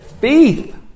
Faith